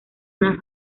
una